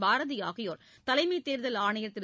பாரதிஆகியோர் தலைமைதேர்தல் ஆணையர் திரு